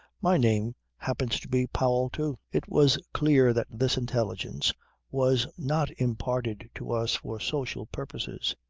my name happens to be powell too. it was clear that this intelligence was not imparted to us for social purposes.